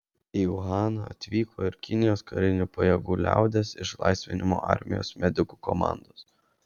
į uhaną atvyko ir kinijos karinių pajėgų liaudies išlaisvinimo armijos medikų komandos